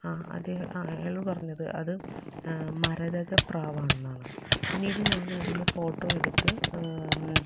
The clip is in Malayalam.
അത് അയാൾ പറഞ്ഞത് അത് മരതക പ്രാവണെന്നാണ് പിന്നീട് ഞാൻ അതിനെ ഫോട്ടോ എടുത്ത്